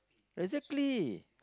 exactly